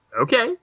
Okay